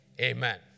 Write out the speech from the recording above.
amen